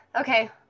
Okay